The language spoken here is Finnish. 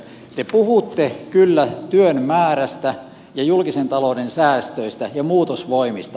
te puhutte kyllä työn määrästä ja julkisen talouden säästöistä ja muutosvoimista